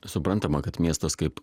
suprantama kad miestas kaip